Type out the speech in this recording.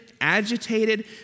agitated